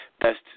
best